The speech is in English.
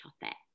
topic